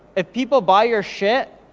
if people buy your shit,